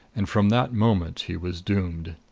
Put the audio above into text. and from that moment he was doomed.